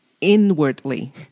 inwardly